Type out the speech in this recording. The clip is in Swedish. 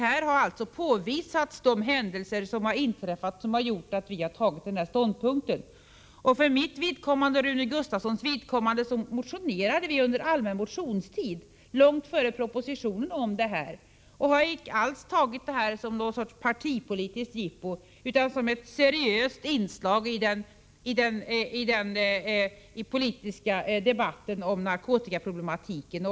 Här har alltså påvisats vilka händelser som inträffat som gjort att vi har intagit vår ståndpunkt. Rune Gustavsson och jag motionerade om kriminalisering under allmänna motionstiden, långt innan propositionen kom. Vi har inte alls tagit upp detta som något partipolitiskt jippo utan som ett seriöst inslag i den politiska debatten om narkotikaproblematiken.